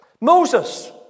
Moses